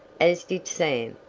as did sam,